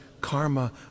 karma